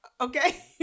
okay